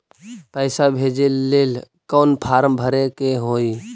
पैसा भेजे लेल कौन फार्म भरे के होई?